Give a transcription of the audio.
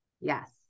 Yes